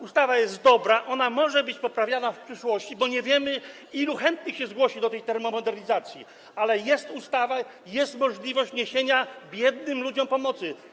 Ustawa jest dobra, ona może być poprawiana w przyszłości, bo nie wiemy, ilu chętnych się zgłosi do termomodernizacji, ale jest ustawa, jest możliwość niesienia biednym ludziom pomocy.